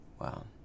Wow